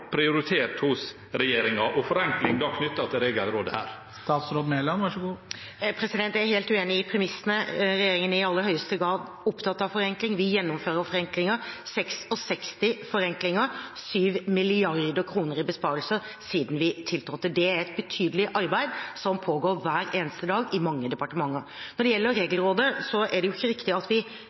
og forenkling prioritert hos regjeringen – forenkling knyttet til Regelrådet? Jeg er helt uenig i premissene. Regjeringen er i aller høyeste grad opptatt av forenkling, og vi gjennomfører forenklinger – 66 forenklinger og 7 mrd. kr i besparelser siden vi tiltrådte. Det er et betydelig arbeid som pågår hver eneste dag i mange departementer. Når det gjelder Regelrådet, er det ikke riktig at vi